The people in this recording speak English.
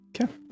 okay